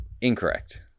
Incorrect